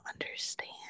understand